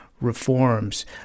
reforms